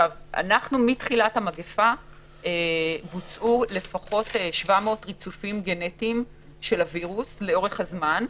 מתחילת המגפה בוצעו לפחות 700 ריצופים גנטיים של הווירוס לאורך הזמן.